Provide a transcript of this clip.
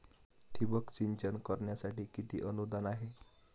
ठिबक सिंचन करण्यासाठी किती अनुदान आहे?